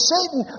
Satan